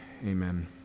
Amen